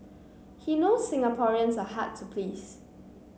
he knows Singaporeans are hard to please